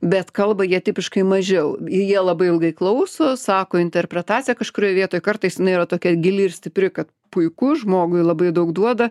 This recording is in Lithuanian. bet kalba jie tipiškai mažiau jie labai ilgai klauso sako interpretaciją kažkurioj vietoj kartais jinai yra tokia gili ir stipri kad puiku žmogui labai daug duoda